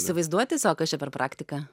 įsivaizduoti sau kas čia per praktika